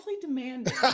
demanding